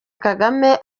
kagame